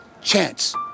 chance